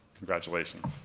congratulations.